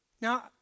Now